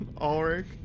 Ulrich